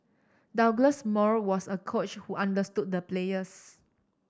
Douglas Moore was a coach who understood the players